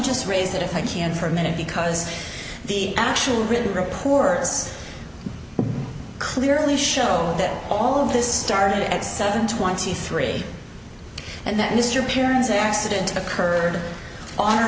just raise that if i can for a minute because the actual written reports clearly show that all of this started at seven twenty three and that mr appearance accident occurred on or